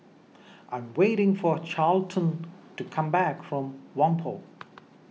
I am waiting for Carleton to come back from Whampoa